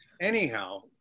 Anyhow